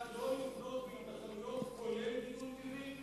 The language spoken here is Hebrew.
התחייבה שלא לבנות בהתנחלויות, כולל גידול טבעי.